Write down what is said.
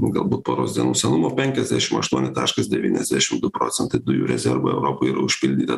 galbūt poros dienų senumo penkiasdešim aštuoni taškas devyniasdešim du procentai dujų rezervų europoj yra užpildyti